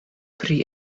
pri